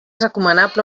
recomanable